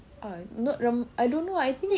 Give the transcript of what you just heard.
ah not ram~ I don't know I think